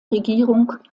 regierung